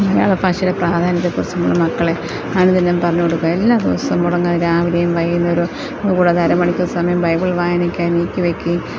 മലയാള ഭാഷയുടെ പ്രാധാന്യത്തെ കുറിച്ച് നമ്മുടെ മക്കളെ അനുദിനം പറഞ്ഞു കൊടുക്കുക എല്ലാ ദിവസവും മുടങ്ങാതെ രാവിലേയും വൈകുന്നേരവും കൂടാതെ അരമണിക്കൂർ സമയം ബൈബിൾ വായനക്കായി നീക്കി വെക്കുകയും